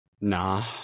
Nah